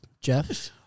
Jeff